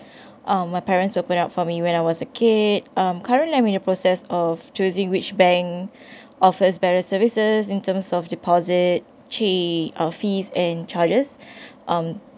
um my parents will put up for me when I was a kid um currently I'm in the process of choosing which bank offers various services in terms of deposit cha~ or fees and charges um